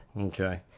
Okay